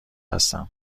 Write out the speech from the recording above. هستم